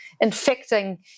infecting